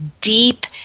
deep